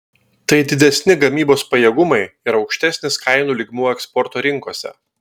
tai didesni gamybos pajėgumai ir aukštesnis kainų lygmuo eksporto rinkose